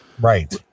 right